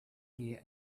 gear